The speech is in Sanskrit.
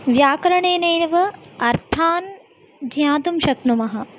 व्याकरणेनैव अर्थान् ज्ञातुं शक्नुमः